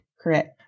Correct